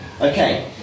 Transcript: Okay